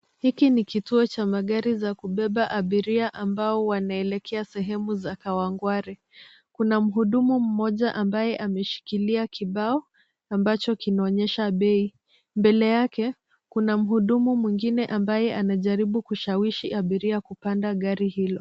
Hiki ni kituo cha magari za kubeba abiria ambao wanaelekea sehemu za Kawangware. Kuna mhudumu mmoja ambaye ameshikilia kibao ambacho kinaonyesha bei. Mbele yake, kuna mhudumu mwingine ambaye anajaribu kushawishi abiria kupanda gari hilo.